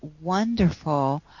wonderful